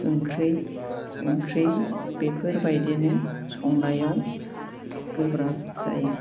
ओंख्रि बेफोरबायदिनो संनायाव गोब्राब जायो